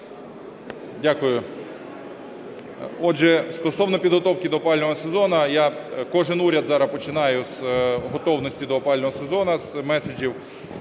Дякую. Отже, стосовно підготовки до опалювального сезону. Я кожен уряд зараз починаю з готовності до опалювального сезону, з меседжів.